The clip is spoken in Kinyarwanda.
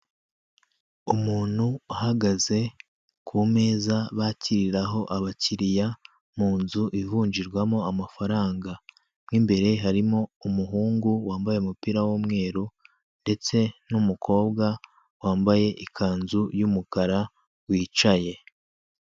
Umuntu uhagaze ku meza bakiriraho abakiriya mun nzu ivunjirwamo amafaranga mo imbere harimo umuhungu wambaye umupira w'umweru ndetse n'umukobwa wambaye ikanzu y'umukara wicaye.